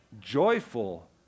joyful